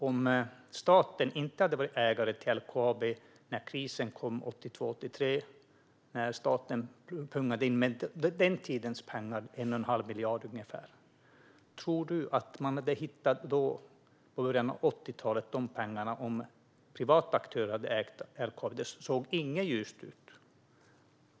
Om staten inte hade varit ägare till LKAB när krisen kom 1982-1983 och staten pungade ut med i den tidens pengar ungefär en och en halv miljard, tror du att man i början av 80-talet hade hittat de pengarna om privata aktörer hade ägt LKAB? Det såg inte ljust ut.